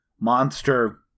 monster